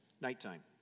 Nighttime